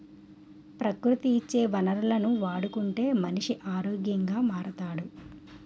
ప్రకృతి ఇచ్చే వనరులను వాడుకుంటే మనిషి ఆరోగ్యంగా మారుతాడు